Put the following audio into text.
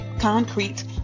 concrete